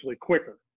quicker